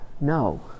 no